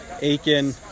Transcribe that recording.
Aiken